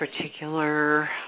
particular